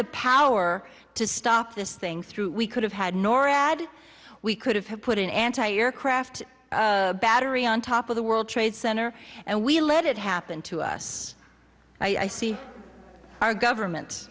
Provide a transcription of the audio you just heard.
the power to stop this thing through we could have had norad we could have put an anti aircraft battery on top of the world trade center and we let it happen to us i see our government